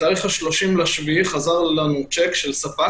בתאריך 30.7 חזר לנו שיק של ספק,